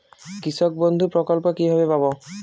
কৃষকবন্ধু প্রকল্প কিভাবে পাব?